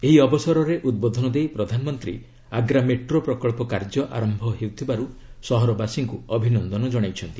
ଏହି ଅବସରରେ ଉଦ୍ବୋଧନ ଦେଇ ପ୍ରଧାନମନ୍ତ୍ରୀ ଆଗ୍ରା ମେଟ୍ରୋ ପ୍ରକଳ୍ପ ଆରମ୍ଭ ହେଉଥିବାର୍ ସହରବାସୀଙ୍କୁ ଅଭିନନ୍ଦନ ଜଣାଇଛନ୍ତି